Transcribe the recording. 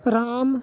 Ram